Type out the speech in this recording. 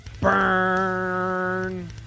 Burn